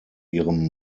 ihrem